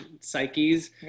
psyches